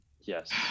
Yes